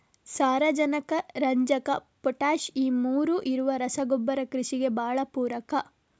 ಸಾರಾಜನಕ, ರಂಜಕ, ಪೊಟಾಷ್ ಈ ಮೂರೂ ಇರುವ ರಸಗೊಬ್ಬರ ಕೃಷಿಗೆ ಭಾಳ ಪೂರಕ